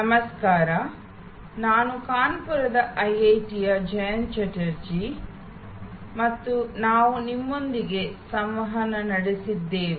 ನಮಸ್ಕಾರ ನಾನು ಕಾನ್ಪುರದ ಐಐಟಿಯ ಜಯಂತಾ ಚಟರ್ಜಿ ಮತ್ತು ನಾವು ನಿಮ್ಮೊಂದಿಗೆ ಸಂವಹನ ನಡೆಸುತ್ತಿದ್ದೇವೆ